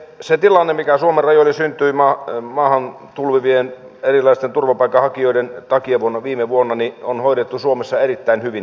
se tilanne mikä suomen rajoille syntyi maahan tulvivien erilaisten turvapaikanhakijoiden takia viime vuonna on hoidettu suomessa erittäin hyvin